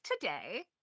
today